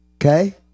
Okay